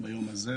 ביום הזה,